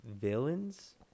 villains